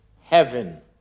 heaven